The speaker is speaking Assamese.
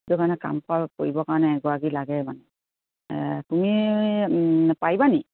সেইটো কাৰণে কাম কৰিবৰ কাৰণে এগৰাকী লাগে মানে তুমি পাৰিবানি